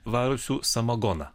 variusių samagoną